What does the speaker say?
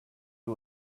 who